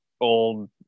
old